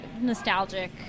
nostalgic